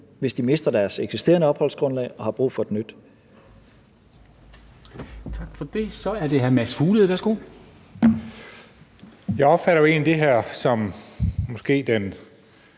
hvis de mister deres eksisterende opholdsgrundlag og har brug for et nyt.